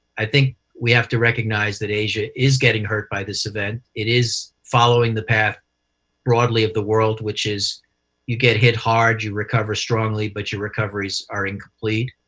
i think we have to recognize that asia is getting hurt by this event. it is following the path broadly of the world, which is you get hit hard, you recover strongly, but your recoveries are incomplete,